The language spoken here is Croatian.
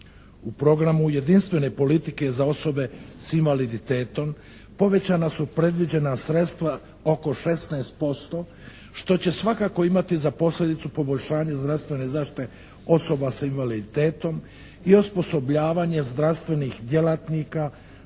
U programu jedinstvene politike za osobe sa invaliditetom povećana su predviđena sredstva oko 16% što će svakako imati za posljedicu poboljšanje zdravstvene zaštite osoba sa invaliditetom i osposobljavanje zdravstvenih djelatnika